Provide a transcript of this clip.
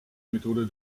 methode